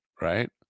right